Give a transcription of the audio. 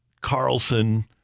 Carlson